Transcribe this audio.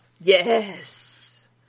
Yes